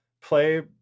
play